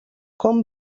com